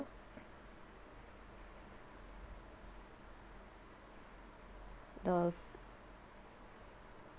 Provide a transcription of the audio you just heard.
the